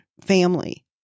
family